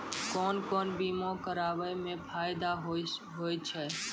कोन कोन बीमा कराबै मे फायदा होय होय छै?